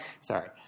Sorry